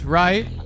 right